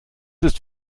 ist